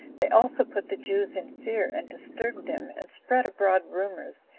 they also put the jews in fear, and disturbed them, and spread abroad rumors,